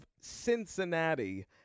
Cincinnati